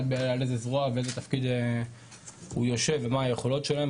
על איזה זרוע ואיזה תפקיד הוא יושב ומה היכולות שלהם,